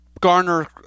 garner